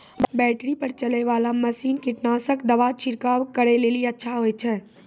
Battery पर चलै वाला मसीन कीटनासक दवा छिड़काव करै लेली अच्छा होय छै?